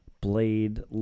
blade